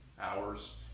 hours